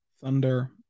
Thunder